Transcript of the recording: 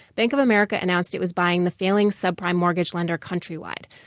bank of america announced it was buying the failing subprime mortgage lender countrywide